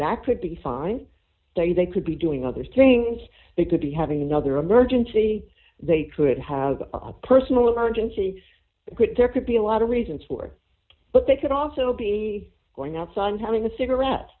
that could be fine they they could be doing other things they could be having another emergency they could have a personal emergency there could be a lot of reasons for but they could also be going out sun having a cigarette